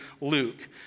Luke